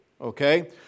okay